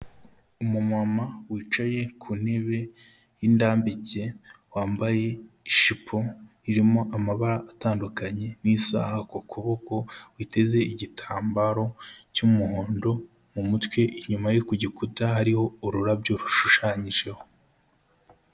Umu mama wicaye ku ntebe y'indambike, wambaye ijipo irimo amabara atandukanye, n'isaha ku kuboko, witeze igitambaro cy'umuhondo mu mutwe, inyuma ye ku gikuta, hariho ururabyo rushushanyijeho.